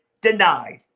Denied